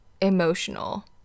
emotional